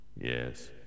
Yes